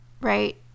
Right